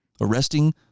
arresting